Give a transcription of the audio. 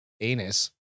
anus